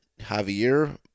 Javier